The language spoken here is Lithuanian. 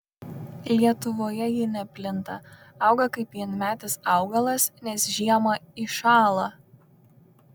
lietuvoje ji neplinta auga kaip vienmetis augalas nes žiemą iššąla